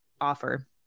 offer